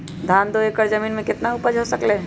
धान दो एकर जमीन में कितना उपज हो सकलेय ह?